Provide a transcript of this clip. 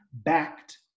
backed